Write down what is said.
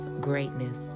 greatness